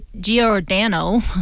Giordano